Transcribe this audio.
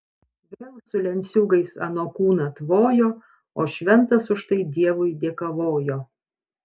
vėl su lenciūgais ano kūną tvojo o šventas už tai dievui dėkavojo